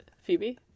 Phoebe